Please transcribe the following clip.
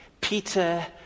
Peter